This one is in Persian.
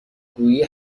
گویی